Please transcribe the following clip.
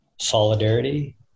solidarity